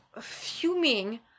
fuming